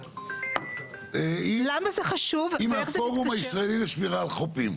היא מהפורום הישראלי לשמירה על חופים.